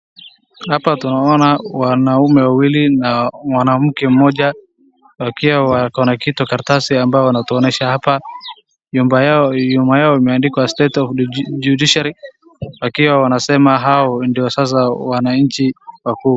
Hapa tunaona wanaume wawili na mwanamke mmoja wakiwa wako na kitu karatasi ambayo wanatuonyesha hapa. Nyuma yao imeandikwa state of judiciary wakiwa wanasema hao ndio sasa wananchi wakuu.